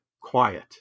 quiet